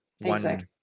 one